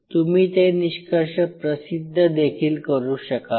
तुम्ही ते निष्कर्ष प्रसिद्ध देखील करू शकाल